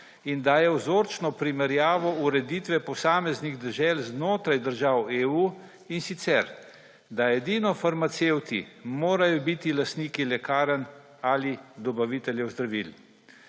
in daje vzorčno primerjavo ureditve posameznih dežel znotraj držav EU, in sicer da edino farmacevti morajo biti lastniki lekarn ali dobaviteljev zdravil.